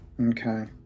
Okay